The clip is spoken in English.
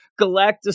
Galactus